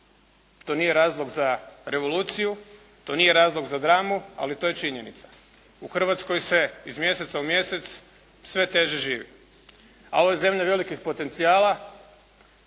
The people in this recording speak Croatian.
To nije razlog za revoluciju, to nije razlog za dramu, ali to je činjenica. U Hrvatskoj se iz mjeseca u mjesec sve teže živi, a ovo je zemlja velikih potencijala,